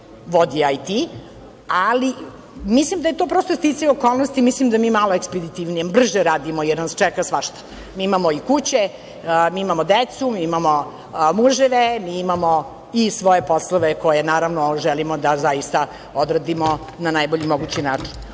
vodi IT, ali mislim da je to prosto sticajem okolnosti, mislim da mi malo ekspeditivnije, brže radimo, jer nas čeka svašta. Mi imamo i kuće, mi imamo decu, mi imamo muževe, mi imamo i svoje poslove koje želimo zaista da odradimo na najbolji mogući način. Ono